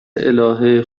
الهه